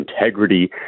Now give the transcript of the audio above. integrity